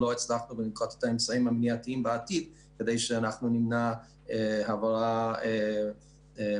לא הצלחנו ולנקוט באמצעים המניעתיים בעתיד כדי למנוע העברה בעתיד.